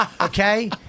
Okay